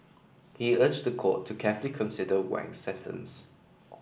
he urged the court to carefully consider Wang's sentence